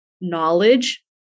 knowledge